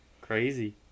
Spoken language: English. Crazy